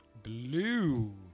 Blue